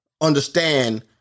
understand